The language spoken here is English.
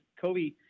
Kobe